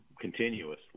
continuously